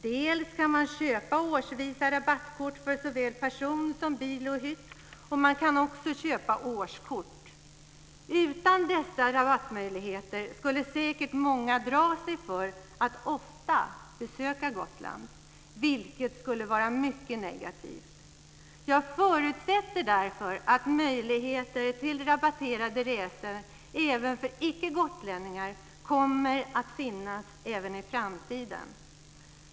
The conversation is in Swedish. Dels kan man köpa årsvisa rabattkort för såväl person som bil och hytt. Dels kan man köpa årskort. Utan dessa rabattmöjligheter skulle många säkert dra sig för att ofta besöka Gotland, vilket skulle vara mycket negativt. Jag förutsätter därför att möjligheter till rabatterade resor också för icke gotlänningar finns även i framtiden.